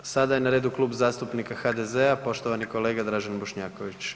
Sada je na redu Klub zastupnika HDZ-a, poštovani kolega Dražen Bošnjaković.